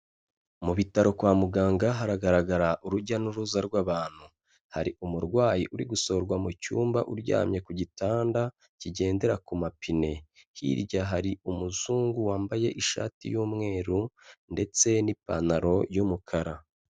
Mu bitaro kwa muganga haragaragara urujya n'uruza rw'abantu. Hari umurwayi uri gusohorwa mu cyumba uryamye ku gitanda kigendera ku mapine. Hirya hari umuzungu wambaye ishati y'umweru ndetse n'ipantaro y'umukara.